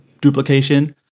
duplication